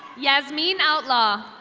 jasmin outlaw.